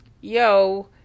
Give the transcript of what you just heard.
yo